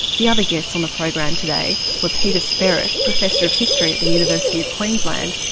the other guests on the program today were peter spearitt, professor of history at the university of queensland,